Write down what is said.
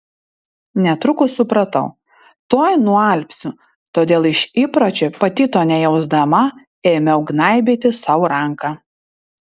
netrukus supratau tuoj nualpsiu todėl iš įpročio pati to nejausdama ėmiau gnaibyti sau ranką